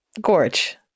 Gorge